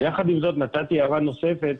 יחד עם זאת, נתתי הערה נוספת,